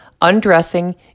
undressing